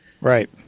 Right